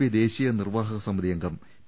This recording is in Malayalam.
പി ദേശീയ നിർവാഹക സമിതി അംഗം പി